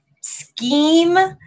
scheme